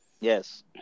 yes